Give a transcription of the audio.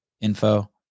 info